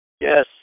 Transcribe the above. Yes